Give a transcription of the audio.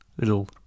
little